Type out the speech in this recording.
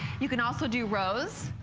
you could also do rows,